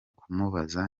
kumubaza